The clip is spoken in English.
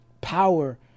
Power